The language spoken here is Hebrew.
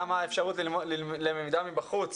גם האפשרות ללמידה מבחוץ,